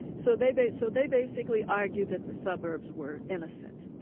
so they but so they basically argued that the suburbs were innocent,